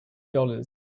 dollars